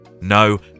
No